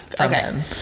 okay